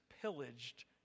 pillaged